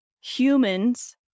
humans